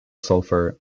sulfur